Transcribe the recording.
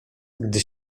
gdy